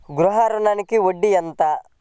గృహ ఋణంకి వడ్డీ ఎంత?